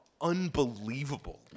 unbelievable